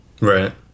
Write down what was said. Right